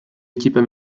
équipes